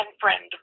friend